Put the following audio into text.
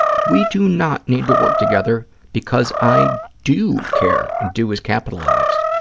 we do not need to work together because i do care, and do is capitalized,